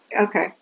okay